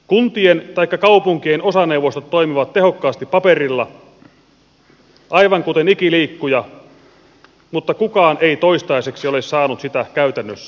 kuntien taikka kaupunkien osaneuvostot toimivat tehokkaasti paperilla aivan kuten ikiliikkuja mutta kukaan ei toistaiseksi ole saanut sitä käytännössä toimimaan